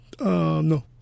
No